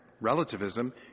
relativism